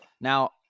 Now